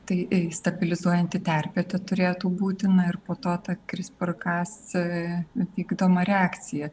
tai stabilizuojanti terpė teturėtų būti na ir po to ta krispr ka vykdoma reakcija